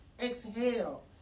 exhale